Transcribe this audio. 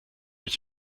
ich